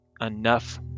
enough